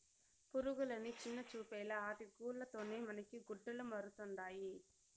పురుగులని చిన్నచూపేలా ఆటి గూల్ల తోనే మనకి గుడ్డలమరుతండాయి